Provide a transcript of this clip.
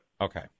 okay